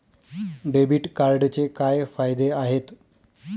Debit कार्डचे काय फायदे आहेत?